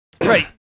Right